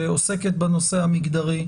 שעוסקת בנושא המגדרי.